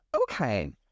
okay